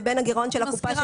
לבין הגירעון של הקופה.